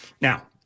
now